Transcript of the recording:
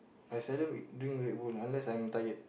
I seldom eat drink Red-Bull unless I'm tired